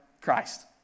Christ